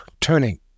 turning